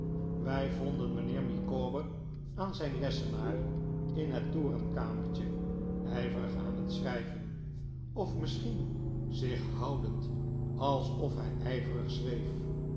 wij vonden mijnheer micawber aan zijn lessenaar in het torenkamertje ijverig aan het schrijven of misschien zich houdend alsof hij ijverig schreef